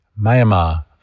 Myanmar